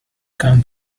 come